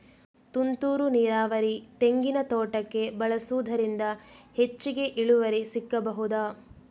ತುಂತುರು ನೀರಾವರಿ ತೆಂಗಿನ ತೋಟಕ್ಕೆ ಬಳಸುವುದರಿಂದ ಹೆಚ್ಚಿಗೆ ಇಳುವರಿ ಸಿಕ್ಕಬಹುದ?